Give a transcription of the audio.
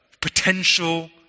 potential